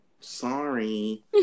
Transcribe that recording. Sorry